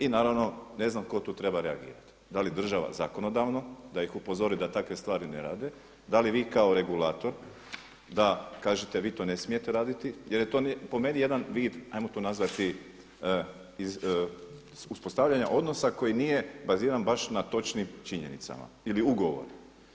I naravno ne znam tko tu treba reagirati, da li država zakonodavno da ih upozori da takve stvari ne rade, da li vi kao regulator da kažete a vi to ne smijete raditi jer je to po meni jedan vid, ajmo to nazvati uspostavljanja odnosa koji nije baziran baš na točnim činjenicama ili ugovoru.